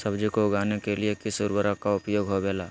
सब्जी को उगाने के लिए किस उर्वरक का उपयोग होबेला?